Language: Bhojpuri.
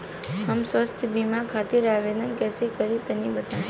हम स्वास्थ्य बीमा खातिर आवेदन कइसे करि तनि बताई?